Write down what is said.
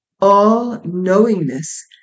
all-knowingness